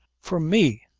for me!